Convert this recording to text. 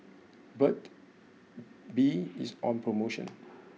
Burt's Bee is on promotion